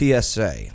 PSA